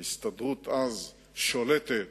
ההסתדרות אז שולטת